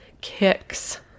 kicks